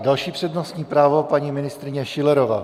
Další přednostní právo, paní ministryně Schillerová.